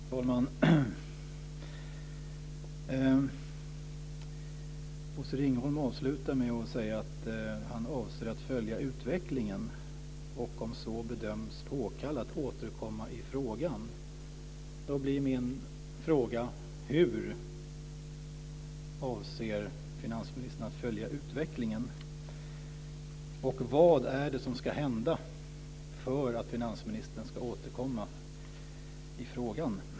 Fru talman! Bosse Ringholm avslutar med att säga att han avser att följa utvecklingen och om så bedöms påkallat återkomma i frågan. Då blir min fråga: Hur avser finansministern att följa utvecklingen, och vad är det som ska hända för att finansministern ska återkomma i frågan?